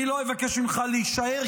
אני לא אבקש ממך להישאר,